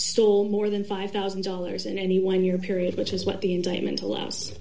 still more than five thousand dollars in any one year period which is what the indictment